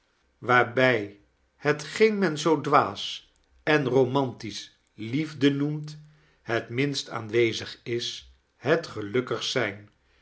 waarbij hetgeen men zoo dwaas en romantisch liefde noemt het minst aanwezig is het gelukkigst zijn